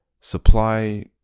supply